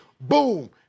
boom